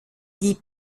die